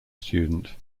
student